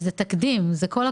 זה תקדים וכל הכבוד.